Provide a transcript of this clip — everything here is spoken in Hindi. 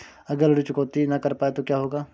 अगर ऋण चुकौती न कर पाए तो क्या होगा?